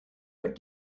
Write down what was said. what